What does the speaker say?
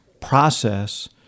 process